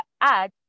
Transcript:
add